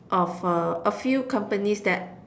of a a few companies that